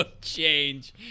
change